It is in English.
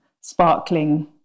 sparkling